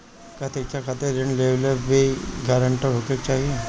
का शिक्षा खातिर ऋण लेवेला भी ग्रानटर होखे के चाही?